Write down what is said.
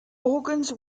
organs